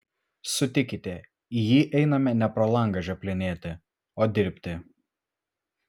sutikite į jį einame ne pro langą žioplinėti o dirbti